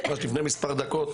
רק לפני מספר דקות